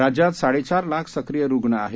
राज्यात साडेचार लाख सक्रिय रुग्ण आहेत